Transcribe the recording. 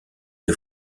des